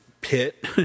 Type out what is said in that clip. pit